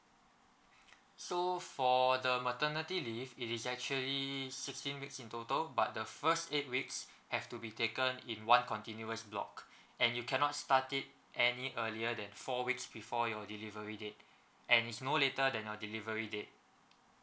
so for the maternity leave it is actually sixteen weeks in total but the first eight weeks have to be taken in one continuous block and you cannot start it any earlier than four weeks before your delivery date and is no later than uh delivery day